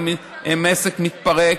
אם הם עסק מתפרק,